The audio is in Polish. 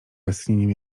westchnieniem